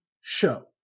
show